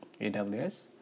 AWS